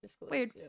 Weird